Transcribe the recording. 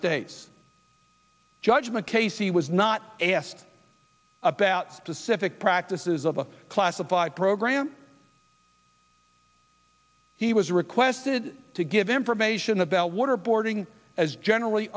states judgment casey was not asked about pacific practices of the classified program he was requested to give information about waterboarding as generally